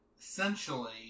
essentially